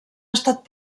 estat